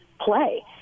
play